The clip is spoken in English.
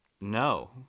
No